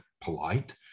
polite